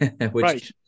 Right